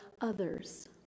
Others